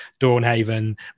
Dawnhaven